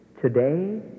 Today